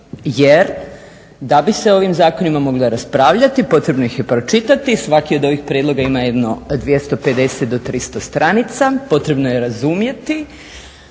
jer da bi se o ovim zakonima moglo raspravljati potrebno ih je pročitati, svaki od ovih prijedloga ima jedno 250 do 300 stranica. Potrebno je razumjeti